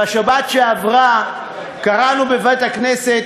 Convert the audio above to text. בשבת שעברה קראנו בבית-הכנסת,